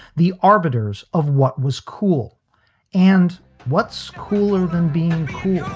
the arbiters of what was cool and what's cooler than being